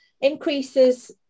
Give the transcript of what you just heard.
increases